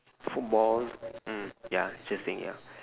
football mm ya interesting ya